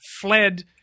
fled